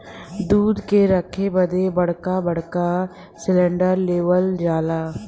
दूध के रखे बदे बड़का बड़का सिलेन्डर लेवल जाला